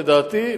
לדעתי,